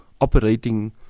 operating